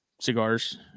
cigars